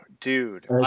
dude